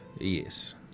Yes